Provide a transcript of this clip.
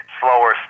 slower